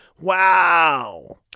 wow